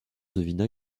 devina